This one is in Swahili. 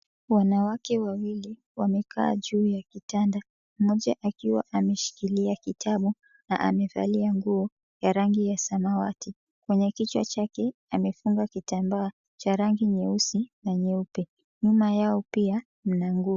Wanawake wawili wamekaa juu ya kitanda. Mmoja akiwa ameshikilia kitabu na amevalia nguo ya rangi ya samawati. Kwenye kichwa chake amefunga kitambaa cha rangi nyeusi na nyeupe. Nyuma yao pia mna nguo.